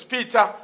Peter